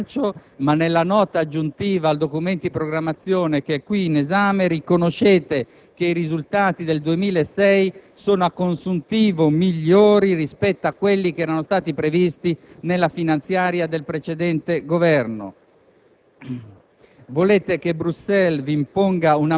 Voi dite che i vostri predecessori avevano rovinato il bilancio, ma nella Nota aggiuntiva al Documento di programmazione oggi in esame riconoscete che i risultati del 2006 sono, a consuntivo, migliori rispetto a quelli che erano stati previsti nella finanziaria del precedente Governo.